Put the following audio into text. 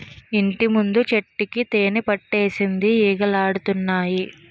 ఇంటిముందు చెట్టుకి తేనిపట్టులెట్టేసింది ఈగలాడతన్నాయి